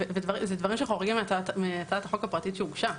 זאת חריגה מהצעת החוק הפרטית שהוגשה.